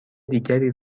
دیگری